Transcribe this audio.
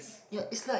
ya is like